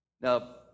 Now